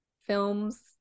films